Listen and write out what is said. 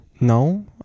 No